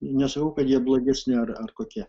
nesakau kad jie blogesni ar ar kokie